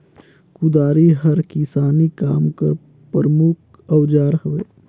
कुदारी हर किसानी काम कर परमुख अउजार हवे